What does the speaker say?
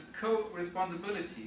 co-responsibility